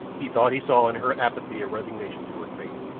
he thought he saw in her apathy a resignation to her fate.